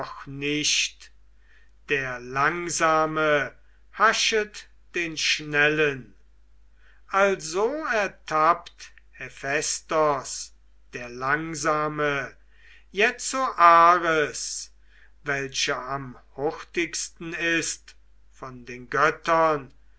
nicht der langsame haschet den schnellen also ertappt hephaistos der langsame jetzo den ares welcher am hurtigsten ist von den göttern